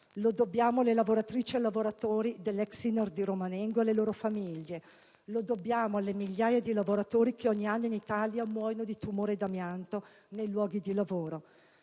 Lo dobbiamo alle lavoratrici e ai lavoratori dell'ex INAR di Romanengo ed alle loro famiglie; lo dobbiamo alle migliaia di lavoratori che ogni anno in Italia muoiono di tumore per esposizione all'amianto nei luoghi di lavoro.